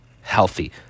healthy